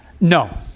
No